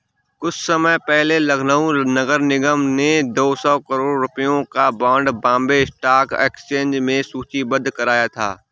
कुछ समय पहले लखनऊ नगर निगम ने दो सौ करोड़ रुपयों का बॉन्ड बॉम्बे स्टॉक एक्सचेंज में सूचीबद्ध कराया था